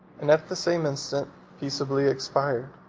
and at the same instant peaceably expired.